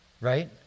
right